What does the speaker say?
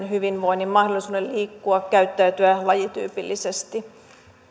hyvinvoinnin mahdollisuuden liikkua käyttäytyä lajityypillisesti